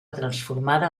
transformada